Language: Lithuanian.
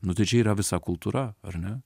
nu tai čia yra visa kultūra ar ne